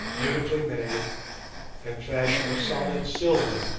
beautifully made and fashioned of solid silver.